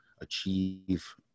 achieve